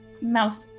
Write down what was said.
mouth